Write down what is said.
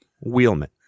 wheelman